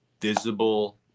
visible